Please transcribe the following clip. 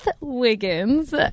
Wiggins